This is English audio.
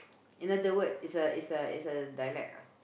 another word is a is a is a dialect ah